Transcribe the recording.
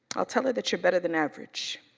i'll tell her that you're better than average.